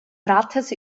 rates